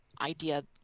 idea